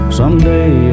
someday